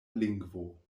lingvo